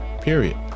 Period